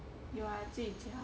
有啊自己加